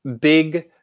big